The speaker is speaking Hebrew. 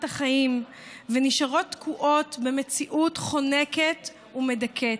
החיים ונשארות תקועות במציאות חונקת ומדכאת,